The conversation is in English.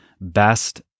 best